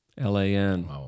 L-A-N